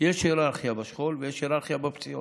יש היררכיה בשכול ויש היררכיה בפציעות.